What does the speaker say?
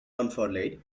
unfurled